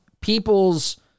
people's